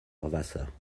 wasser